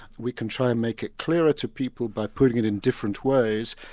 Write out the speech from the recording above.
we can try and make it clearer to people by putting it in different ways,